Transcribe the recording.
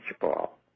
ball